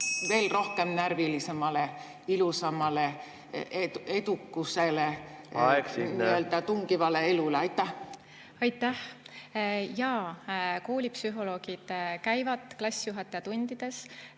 veel rohkem närvilisemale, ilusamale, edukusele tungivale elule. Aitäh! Jah, koolipsühholoogid käivad klassijuhatajatundides